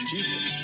Jesus